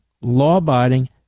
law-abiding